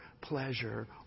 pleasure